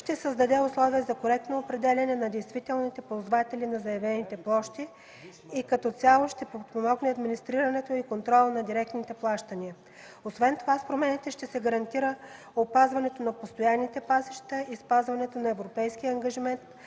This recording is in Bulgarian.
ще създаде условия за коректното определяне на действителните ползватели на заявените площи и като цяло ще подпомогне администрирането и контрола на директните плащания. Освен това, с промените ще се гарантира опазването на постоянните пасища и спазването на европейския ангажимент